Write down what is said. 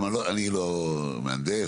אני לא מהנדס,